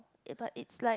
ya but it's like